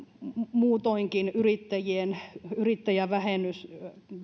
muutoinkin yrittäjävähennys